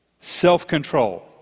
self-control